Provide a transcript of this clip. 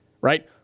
right